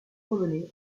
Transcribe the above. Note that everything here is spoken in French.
polonais